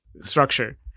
structure